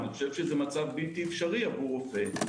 זה מצב בלתי-אפשרי עבור רופא.